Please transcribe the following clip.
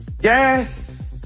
Yes